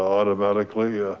automatically. ah